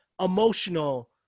emotional